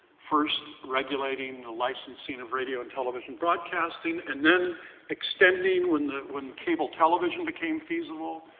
first, regulating the licensing of radio and television broadcasting, and then extending when the, when cable television became feasible,